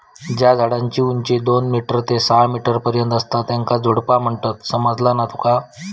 ज्या झाडांची उंची दोन मीटर ते सहा मीटर पर्यंत असता त्येंका झुडपा म्हणतत, समझला ना तुका?